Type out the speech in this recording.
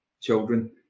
children